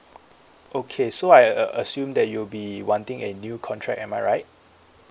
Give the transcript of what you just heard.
okay so I uh assume that you'll be wanting a new contract am I right